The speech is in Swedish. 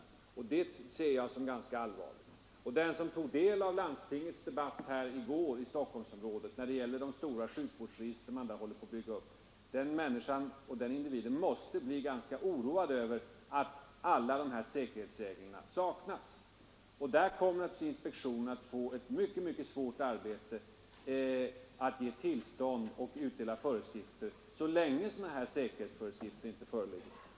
Det ser jag som ganska allvarligt. Den som tog del av Stockholms landstings debatt i går om de stora sjukvårdsregister man där håller på att bygga upp måste också bli ganska oroad över att alla dessa säkerhetsregler saknas. Där kommer naturligtvis inspektionen att få ett mycket svårt arbete med att ge tillstånd och att utdela föreskrifter så länge det inte finns sådana säkerhetsföreskrifter.